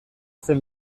zen